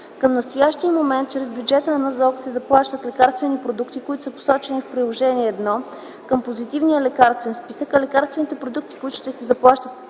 Към настоящия момент, чрез бюджета на НЗОК се заплащат лекарствените продукти, които са посочени в Приложение № 1 към Позитивния лекарствен списък, а лекарствените продукти, които ще се заплащат